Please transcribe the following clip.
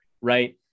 right